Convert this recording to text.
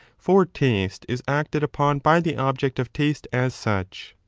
for taste is acted upon by the object of taste as such.